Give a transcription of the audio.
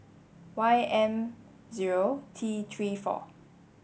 Y M zero T three four